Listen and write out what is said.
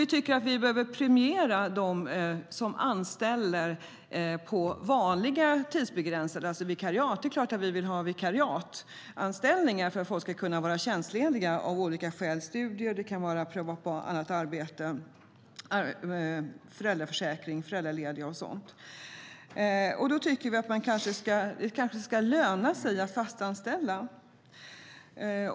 Vi tycker att vi ska premiera dem som anställer på vanliga vikariat. Det är klart att vi vill ha vikariatsanställningar för att folk ska kunna vara tjänstlediga av olika skäl. Det kan handla om studier, om att pröva på ett annat arbete eller om föräldraledighet. Vi tycker att det ska löna sig att fastanställa.